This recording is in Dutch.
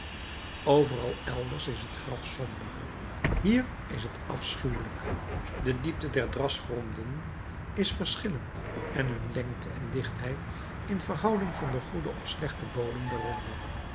overal elders is het graf somber hier is het afschuwelijk de diepte der drasgronden is verschillend en hun lengte en dichtheid in verhouding van den goeden of slechten bodem